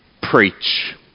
preach